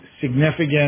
significant